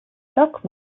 stock